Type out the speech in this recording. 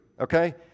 okay